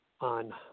On